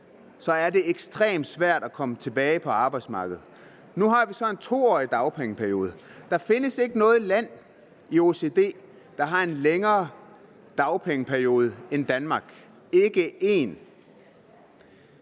er det ekstremt svært at komme tilbage på arbejdsmarkedet. Nu har vi så en 2-årig dagpengeperiode. Der findes ikke noget land i OECD, der har en længere dagpengeperiode end Danmark – ikke et